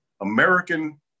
American